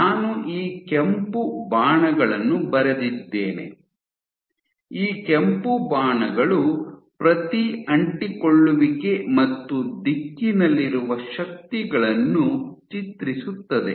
ನಾನು ಈ ಕೆಂಪು ಬಾಣಗಳನ್ನು ಬರೆದಿದ್ದೇನೆ ಈ ಕೆಂಪು ಬಾಣಗಳು ಪ್ರತಿ ಅಂಟಿಕೊಳ್ಳುವಿಕೆ ಮತ್ತು ದಿಕ್ಕಿನಲ್ಲಿರುವ ಶಕ್ತಿಗಳನ್ನು ಚಿತ್ರಿಸುತ್ತದೆ